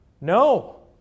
No